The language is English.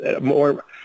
more